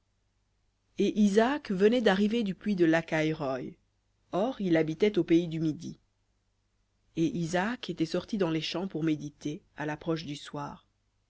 et isaac venait d'arriver du puits de lakhaï roï or il habitait au pays du midi et isaac était sorti dans les champs pour méditer à l'approche du soir